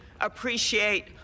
appreciate